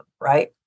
right